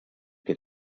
que